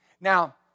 Now